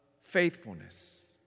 faithfulness